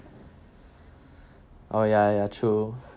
oh ya ya true